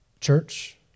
Church